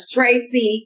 Tracy